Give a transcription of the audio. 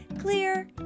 clear